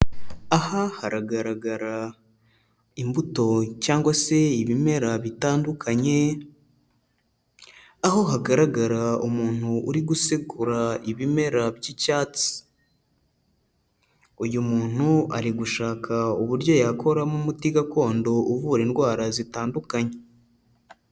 Aha haragaragara imbuto cyangwa se ibimera bitandukanye, aho hagaragara umuntu uri gusekura ibimera by'icyatsi. Uyu muntu ari gushaka uburyo yakoramo umuti gakondo uvura indwara zitandukanye.